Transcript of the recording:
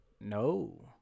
No